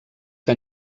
que